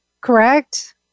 correct